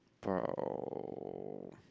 bro